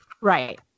Right